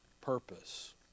purpose